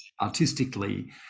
artistically